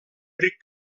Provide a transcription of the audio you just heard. ric